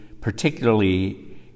particularly